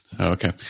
Okay